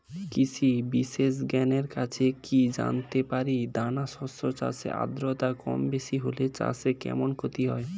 কৃষক বিশেষজ্ঞের কাছে কি জানতে পারি দানা শস্য চাষে আদ্রতা কমবেশি হলে চাষে কেমন ক্ষতি হয়?